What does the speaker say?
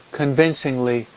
convincingly